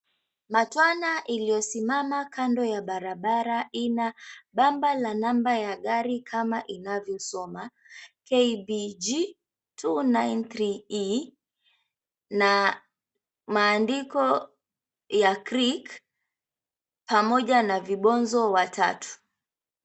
Matwana iliyosimama kando ya barabara ina bamba ya gari kama inavyosoma KBG 293E na maandiko ya "Creek" pamoja na vibonzo watatu.